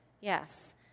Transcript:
yes